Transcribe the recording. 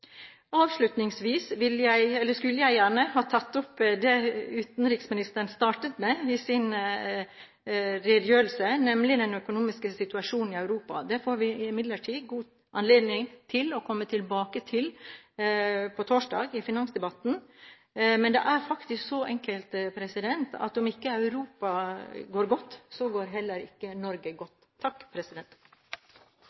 Avslutningsvis skulle jeg gjerne ha tatt opp det utenriksministeren startet sin redegjørelse med, nemlig den økonomiske situasjonen i Europa. Det får vi imidlertid god anledning til å komme tilbake til på torsdag, i finansdebatten, men det er faktisk så enkelt: Om ikke Europa går godt, går heller ikke Norge godt. Jeg sa en god